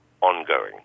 ongoing